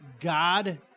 God